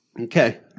Okay